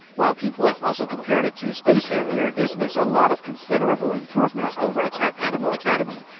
while people have also compared it to space harrier, this makes a lot of considerable improvements over attack animal academy.